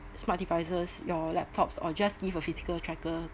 smart devices your laptops or just give a physical tracker